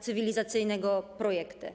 cywilizacyjnego projekty.